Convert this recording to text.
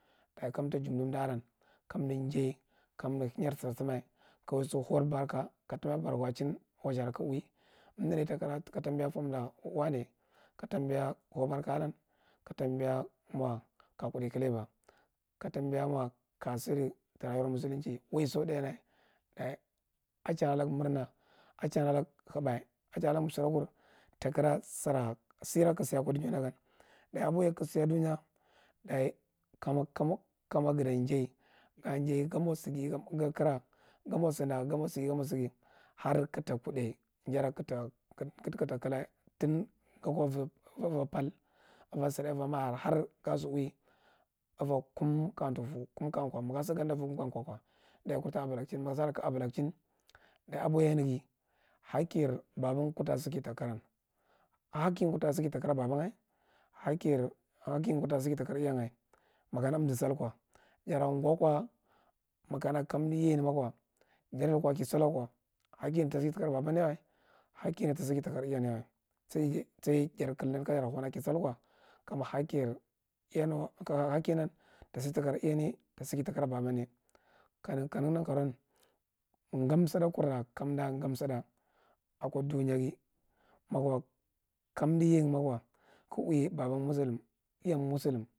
Daye kamta jumdi umdu aran kamdi jay kamdi yiyah sisunma ka waisu hau barka katambi bankwachin yaziwa kag uwi umdi daye takira ka tambi famda wane dage takra ka tambi fomda wane ta tambi hathbarka alaan ka tambiya mo kaja kudde kleba ka tambiya mo kajasidi rayawar musilimchi waiso lthathna daye a chan alagu murna, achannalaga hua a channalagu sudda kurta kra sira sir kagu siya kuuida gan, daye aboheya kaga siya ako duya daye kobo kama katan jay, ga jay ga mo sighi gam sinda har kagata kudde jara kaga t klay tin kabu ga somo uva parth uva sudda uva makir har ga si uwi uva kum kayatafur kum kamya kowa, ma ga sa yafhda uva kum kanye kowa ko gukurti abulachin masara kagu abulachin daye aboheneghi, hekkiry baban ta bikitakram, hakkiye ga kurtasiki ta kra baban hakkiye ga kur tasikiye to kra iyan ga. Makana umzi salko lara gwako makana kamdi yerimako data lukwa kiye salwako hakine ta siki takra baban yawa sai jar klin kajar hauna ki salko kama hakkinan tasiki takra iyanye tasiki takra babanye kuneghi nanakarouwa yan sudda kura kam umda gan sudda ako duyeghi mako kamdi yaga mako kaga iwi iyan musilum baba musilum.